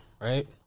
right